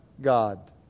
God